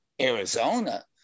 Arizona